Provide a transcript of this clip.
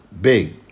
Big